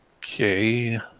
Okay